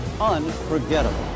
unforgettable